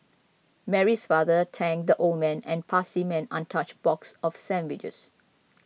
Mary's father thanked the old man and passed man untouched box of sandwiches